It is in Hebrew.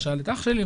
שאל את אח שלי.